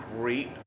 great